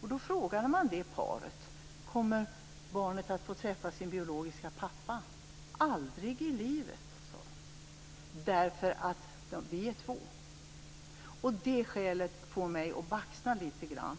Då frågade man det paret: Kommer barnet att få träffa sin biologiska pappa? Aldrig i livet, svarade paret, därför att vi är redan två. Det skälet får mig att baxna.